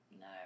no